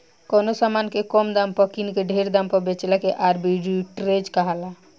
कवनो समान के कम दाम पर किन के ढेर दाम पर बेचला के आर्ब्रिट्रेज कहाला